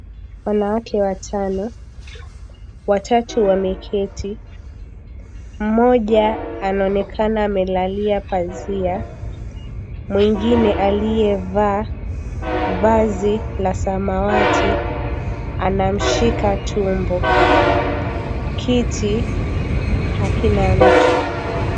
Wanawake watano, watau wameketi. Mmoja anaonekana amelalia pazia. Mwengini aliyevaa vazi la samawati anamshika tumbo. Kiti hakina mtu.